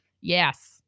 Yes